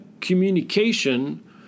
communication